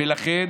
ולכן